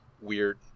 weird